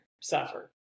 suffer